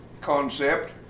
concept